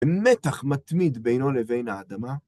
במתח מתמיד בינו לבין האדמה.